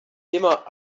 immer